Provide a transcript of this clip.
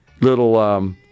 little